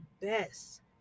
best